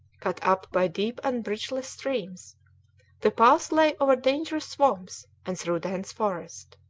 cut up by deep and bridgeless streams the path lay over dangerous swamps and through dense forest.